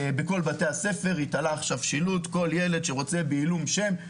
ובכל בית ספר יתלו עכשיו שילוט: כל ילד שרוצה יוכל לעשות זאת בעילום שם,